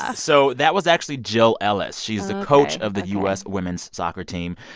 ah so that was actually jill ellis. she's the coach of the u s. women's soccer team.